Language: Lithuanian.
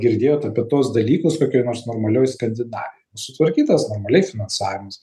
girdėjot apie tuos dalykus kokioj nors normalioj skandinavijoj sutvarkytas finansavimas